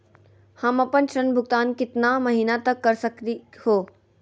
हम आपन ऋण भुगतान कितना महीना तक कर सक ही?